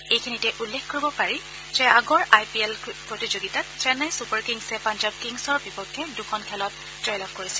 এইখিনিতে উল্লেখ কৰিব পাৰি যে আগৰ আই পি এল প্ৰতিযোগিতাত চেন্নাই ছুপাৰ কিংছে পাঞ্জাৱ কিংছৰ বিপক্ষে দুখন খেলত জয়লাভ কৰিছিল